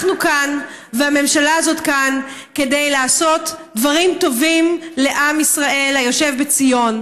והממשלה הזאת כאן כדי לעשות דברים טובים לעם ישראל היושב בציון.